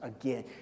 again